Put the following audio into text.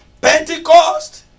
Pentecost